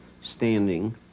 standing